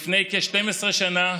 לפני כ-12 שנה,